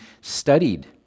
studied